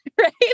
Right